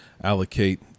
allocate –